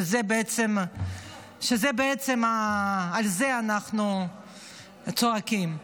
שבעצם על זה אנחנו וצועקים.